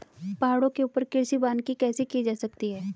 पहाड़ों के ऊपर कृषि वानिकी कैसे की जा सकती है